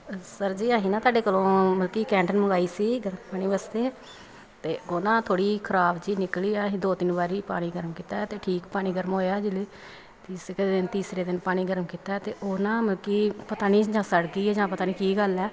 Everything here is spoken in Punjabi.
ਸਰ ਜੀ ਅਸੀਂ ਨਾ ਤੁਹਾਡੇ ਕੋਲੋਂ ਮਤਲਬ ਕਿ ਕੈਂਟਰ ਮੰਗਵਾਈ ਸੀ ਗਰਮ ਪਾਣੀ ਵਾਸਤੇ ਅਤੇ ਉਹ ਨਾ ਥੌੜ੍ਹੀ ਖਰਾਬ ਜਿਹੀ ਨਿਕਲੀ ਆ ਅਸੀਂ ਦੋ ਤਿੰਨ ਵਾਰੀ ਪਾਣੀ ਗਰਮ ਕੀਤਾ ਅਤੇ ਠੀਕ ਪਾਣੀ ਗਰਮ ਹੋਇਆ ਤੀਸਰੇ ਤੀਸਰੇ ਦਿਨ ਪਾਣੀ ਗਰਮ ਕੀਤਾ ਅਤੇ ਉਹ ਨਾ ਮਤਲਬ ਕਿ ਪਤਾ ਨਹੀਂ ਜਾਂ ਸੜਗੀ ਜਾਂ ਪਤਾ ਨਹੀਂ ਕੀ ਗੱਲ ਆ